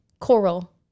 Coral